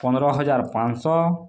ପନ୍ଦର ହଜାର ପାଞ୍ଚ ଶହ